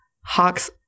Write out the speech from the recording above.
hawks